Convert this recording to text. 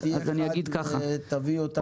אז תהיה חד ותביא אותנו לנקודה.